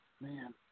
Man